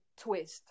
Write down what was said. twist